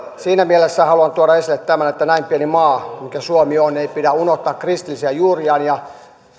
siinä mielessä haluan tuoda esille tämän että näin pienen maan mikä suomi on ei pidä unohtaa kristillisiä juuriaan ja